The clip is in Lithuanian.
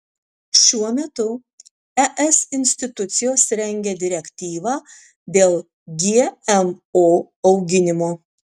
šiuo metu es institucijos rengia direktyvą dėl gmo auginimo